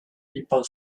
people